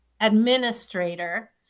administrator